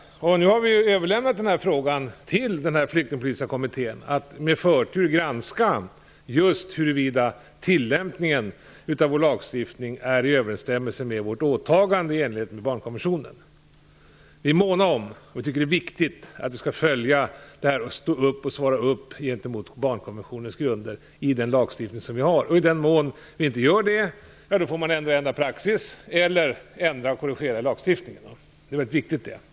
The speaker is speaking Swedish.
Nu har vi överlämnat frågan till den flyktingpolitiska kommittén att med förtur granska just huruvida tillämpningen av vår lagstiftning är i överensstämmelse med vårt åtagande enligt barnkonventionen. Vi är måna om och tycker att det är viktigt att vi följer detta och svarar mot barnkonventionens grunder i den lagstiftning som vi har. I den mån vi inte gör det, får man ändra praxis eller korrigera lagstiftningen. Det är mycket viktigt.